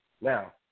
Now